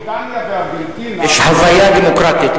בריטניה וארגנטינה, יש הוויה דמוקרטית.